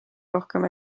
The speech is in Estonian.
rohkem